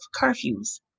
curfews